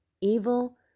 evil